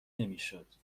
نمیشد